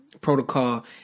protocol